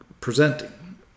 presenting